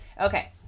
Okay